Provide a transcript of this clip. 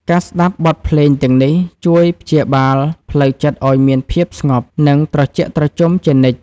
ការស្ដាប់បទភ្លេងទាំងនេះ ជួយព្យាបាលផ្លូវចិត្តឱ្យមានភាពស្ងប់ និងត្រជាក់ត្រជុំជានិច្ច។